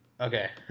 Okay